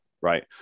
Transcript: right